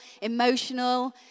emotional